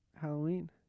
Halloween